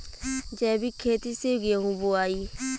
जैविक खेती से गेहूँ बोवाई